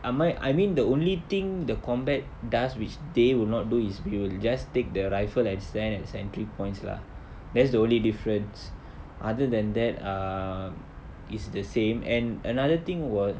I'm I I mean the only thing the combat does which they will not do is we'll just take the rifle and stand at sentry points lah that's the only difference other than that err is the same and another thing wa~